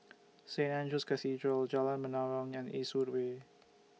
Saint Andrew's Cathedral Jalan Menarong and Eastwood Way